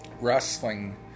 wrestling